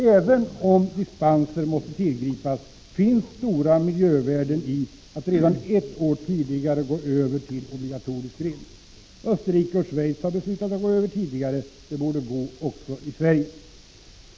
Även om dispenser måste tillgripas, ligger det stora miljövärden i att redan ett år tidigare gå över till obligatorisk rening. Österrike och Schweiz har beslutat att gå över tidigare. Det borde gå också i Sverige.